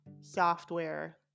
software